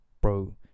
bro